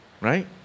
right